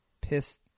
piss